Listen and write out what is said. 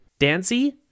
Dancy